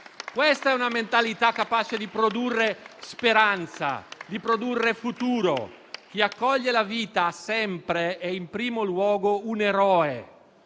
Questa è una mentalità capace di produrre speranza, futuro. Chi accoglie la vita è sempre e in primo luogo un eroe